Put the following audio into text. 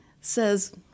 says